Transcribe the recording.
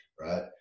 right